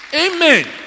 amen